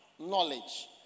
knowledge